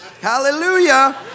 Hallelujah